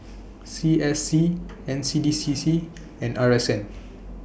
C S C N C D C C and R S N